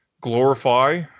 glorify